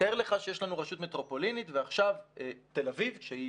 תאר לך שיש לך רשות מטרופולינית ועכשיו תל אביב שהיא